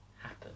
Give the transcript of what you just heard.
happen